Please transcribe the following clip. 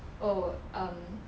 oh um